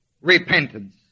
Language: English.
Repentance